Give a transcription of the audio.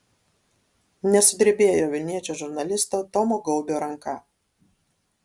nesudrebėjo vilniečio žurnalisto tomo gaubio ranka